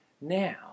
now